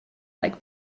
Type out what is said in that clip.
like